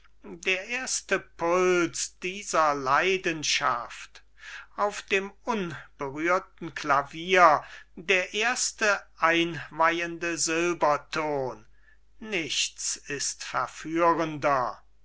der erste puls dieser leidenschaft auf dem unberührten clavier der erste einweihende silberton nichts ist verführender setz